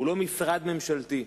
היא לא משרד ממשלתי,